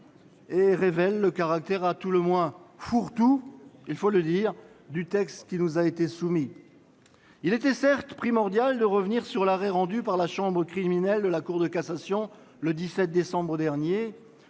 elle révèle le caractère à tout le moins fourre-tout- il faut le dire -du texte qui nous a été soumis. Il était certes primordial de revenir sur l'arrêt rendu par la chambre criminelle de la Cour de cassation le 17 décembre dernier,